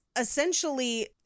essentially